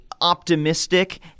optimistic